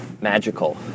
Magical